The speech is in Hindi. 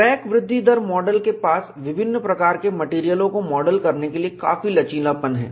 क्रैक वृद्धि दर मॉडल के पास विभिन्न प्रकार के मेटेरियलों को मॉडल करने के लिए काफी लचीलापन है